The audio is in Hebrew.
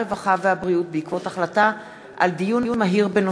הרווחה והבריאות בעקבות דיון מהיר בהצעה של חברי הכנסת אורלי לוי